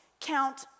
count